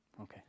Okay